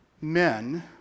men